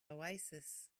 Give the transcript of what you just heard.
oasis